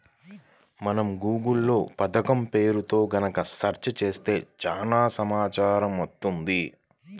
మనం గూగుల్ లో పథకం పేరుతో గనక సెర్చ్ చేత్తే చాలు చానా సమాచారం వత్తది